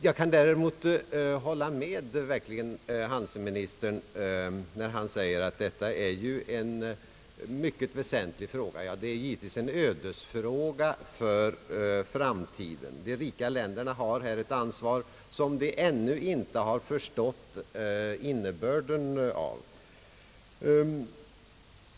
Jag kan verkligen hålla med handelsministern när han säger att detta är en mycket väsentlig fråga. Det är en ödesfråga för framtiden. De rika länderna har här ett ansvar som de ännu inte har förstått innebörden av.